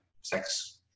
sex